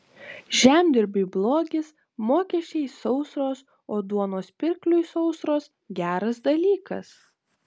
žemdirbiui blogis mokesčiai sausros o duonos pirkliui sausros geras dalykas